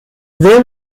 there